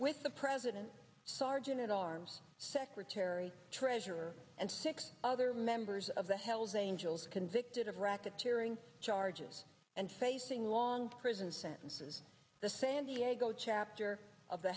with the president sergeant at arms secretary treasurer and six other members of the hells angels convicted of racketeering charges and facing long prison sentences the san diego chapter of the